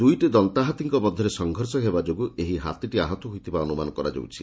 ଦୁଇଟି ଦନ୍ତାହାତୀଙ୍କ ମଧ୍ଧରେ ସଂଘର୍ଷ ହେବା ଯୋଗୁଁ ଏହି ହାତୀଟି ଆହତ ହୋଇଥିବା ଅନୁମାନ କରାଯାଉଛି